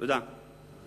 תודה.